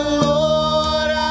lord